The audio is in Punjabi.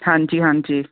ਹਾਂਜੀ ਹਾਂਜੀ